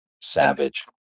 Savage